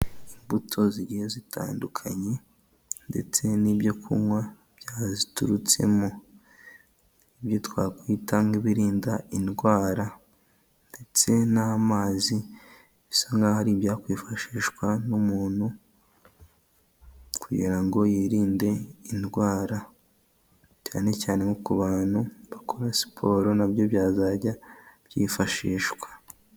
imbuto zigiye zitandukanye ndetse n'ibyo kunywa byaziturutsemo, ibyo twakwitanga nk'ibirinda indwara ndetse n'amazi bisa nkaho ari ibyakwifashishwa n'umuntu kugira ngo yirinde indwara cyane cyane ku bantu bakora siporo, na byo byazajya byifashishwa.